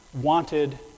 wanted